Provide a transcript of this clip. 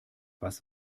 was